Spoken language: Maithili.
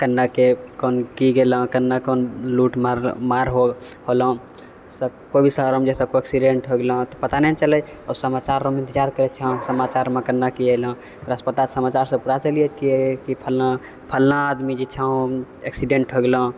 कन्ने के कौन की गेलँ कन्ने के कौन लूट मार मार हो होलँ सभकोइ भी शहरोमे जैसे कोइ ऐक्सिडेंट हो गेलँ तऽ पता नहि चललै समाचार हम इन्तजार करय छियोँ समाचारमे कन्ने की अयलौ समाचारसँ सभ पता चली की फलना फलना आदमी जे छऽ ऐक्सिडेंट हो गेलँ